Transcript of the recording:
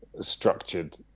structured